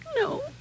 No